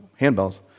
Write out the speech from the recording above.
handbells